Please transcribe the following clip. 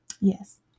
Yes